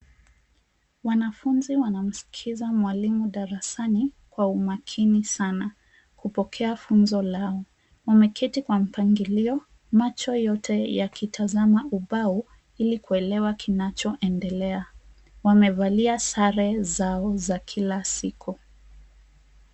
wanafunzi wanamsikiza mwalimu darasani kwa makini sana kupokea funzo lao. Wameketi kwa mpangilio, macho yote yakitazama ubao ili kuelewa kinacho endelea. Wamevalia sare zao za kilasiku.